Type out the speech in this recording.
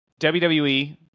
WWE